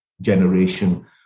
generation